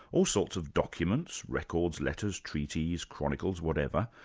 all sorts of documents, records, letters, treaties, chronicles, whatever,